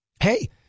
hey